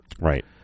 Right